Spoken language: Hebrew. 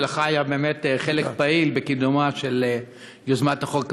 שלך היה באמת חלק פעיל בקידום של יוזמת החוק הזאת.